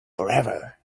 forever